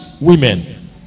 women